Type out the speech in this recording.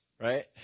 Right